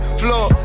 floor